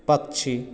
पक्षी